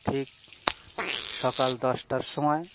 ঠিক সকাল দশটার সময়